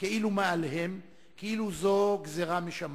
כאילו מאליהם, כאילו כי זאת גזירה משמים.